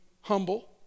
humble